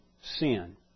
sin